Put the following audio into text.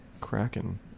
Kraken